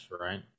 right